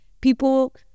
people